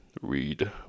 Read